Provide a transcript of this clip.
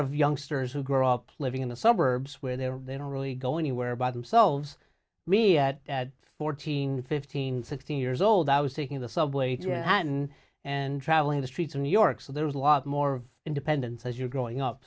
of youngsters who grow up living in the suburbs where they're they don't really go anywhere by themselves me at fourteen fifteen sixteen years old i was taking the subway and and travelling the streets of new york so there was a lot more independence as you're growing up